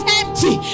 empty